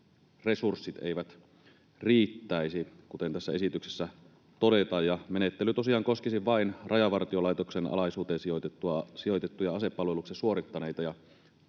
resurssit eivät riittäisi, kuten tässä esityksessä todetaan, ja menettely tosiaan koskisi vain Rajavartiolaitoksen alaisuuteen sijoitettuja asepalveluksen suorittaneita